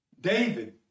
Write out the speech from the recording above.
David